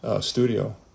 studio